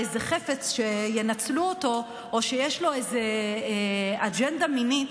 לאיזה חפץ שינצלו אותו או שיש לו איזה אג'נדה מינית,